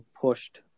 pushed